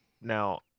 now